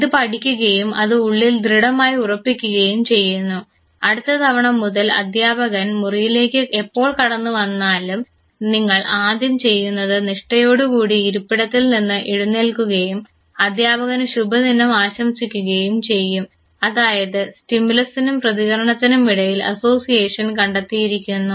ഇത് പഠിക്കുകയും അത് ഉള്ളിൽ ദൃഢമായി ഉറപ്പിക്കുകയും ചെയ്യുന്നു അടുത്ത തവണ മുതൽ അധ്യാപകൻ മുറിയിലേക്ക് എപ്പോൾ കടന്നു വന്നാലും നിങ്ങൾ ആദ്യം ചെയ്യുന്നത് നിഷ്ഠയോടുകൂടി ഇരിപ്പിടത്തിൽ നിന്ന് എഴുന്നേൽക്കുകയും അധ്യാപകന് ശുഭദിനം ആശംസിക്കുകയും ചെയ്യും അതായത് സ്റ്റിമുലസിനും പ്രതികരണത്തിനും ഇടയിൽ അസോസിയേഷൻ കണ്ടെത്തിയിരിക്കുന്നു